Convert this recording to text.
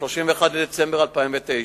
ב-31 בדצמבר 2009,